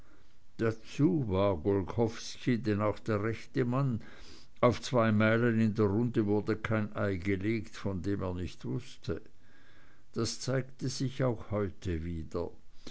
dazu war golchowski denn auch der rechte mann auf zwei meilen in der runde wurde kein ei gelegt von dem er nicht wußte das zeigte sich auch heute wieder